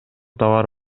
товар